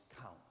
count